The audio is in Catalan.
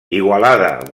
igualada